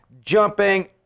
jumping